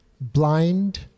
blind